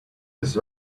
this